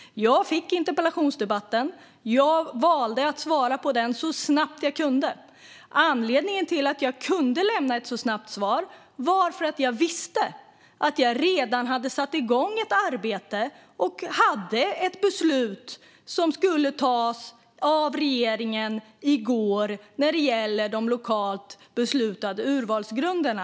Jag fick interpellationen. Jag valde att svara på den så snabbt jag kunde. Anledningen till att jag kunde lämna ett så snabbt svar var att jag visste att jag redan hade satt igång ett arbete och hade ett beslut som skulle fattas av regeringen i går när det gäller de lokalt beslutade urvalsgrunderna.